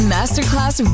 Masterclass